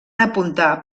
apuntar